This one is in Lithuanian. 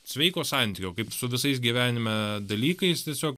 sveiko santykio kaip su visais gyvenime dalykais tiesiog